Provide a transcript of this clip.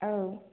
औ